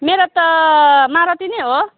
मेरो त मारुति नै हो